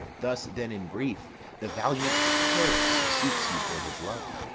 thus then in brief the valiant paris seeks you for his love.